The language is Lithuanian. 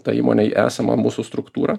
tą įmonę į esamą mūsų struktūrą